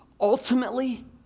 ultimately